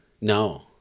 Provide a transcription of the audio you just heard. no